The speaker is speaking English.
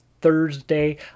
Thursday